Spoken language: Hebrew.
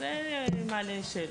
אז זה מעלה שאלות.